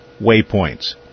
waypoints